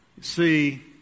see